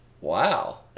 Wow